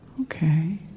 okay